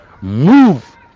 move